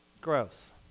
Gross